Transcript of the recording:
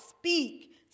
speak